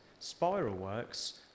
Spiralworks